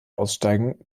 aussteigen